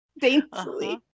daintily